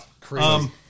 crazy